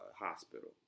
Hospital